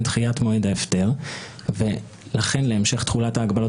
לדחיית מועד ההפטר ולכן להמשך תחולת ההגבלות